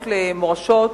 למורשות,